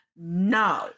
No